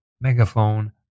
Megaphone